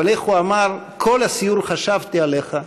אבל איך הוא אמר: כל הסיור חשבתי עליך,